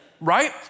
right